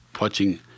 watching